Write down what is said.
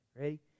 Ready